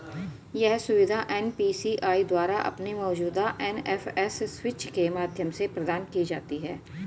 यह सुविधा एन.पी.सी.आई द्वारा अपने मौजूदा एन.एफ.एस स्विच के माध्यम से प्रदान की जाती है